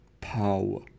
power